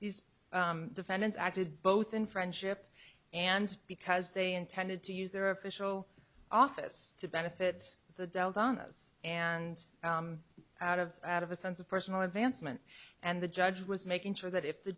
these defendants acted both in friendship and because they intended to use their official office to benefit the doubt on us and out of out of a sense of personal advancement and the judge was making sure that if the